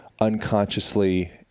unconsciously